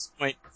Wait